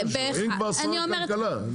אם כבר שר הכלכלה.